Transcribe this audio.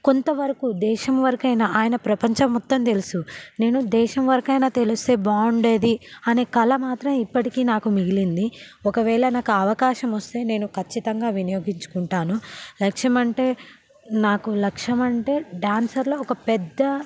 కొంతవరకు దేశం వరకైనా ఆయన ప్రపంచం మొత్తం తెలుసు నేను దేశం వరకు అయినా తెలిస్తే బాగుండేది అని కల మాత్రం ఇప్పటికీ నాకు మిగిలింది ఒకవేళ నాకు ఆ అవకాశం వస్తే నేను ఖచ్చితంగా వినియోగించుకుంటాను లక్ష్యం అంటే నాకు లక్ష్యం అంటే డాన్సర్లో ఒక పెద్ద